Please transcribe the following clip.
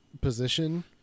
position